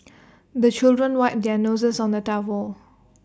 the children wipe their noses on the towel